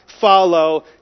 follow